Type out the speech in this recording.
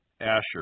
Asher